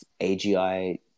AGI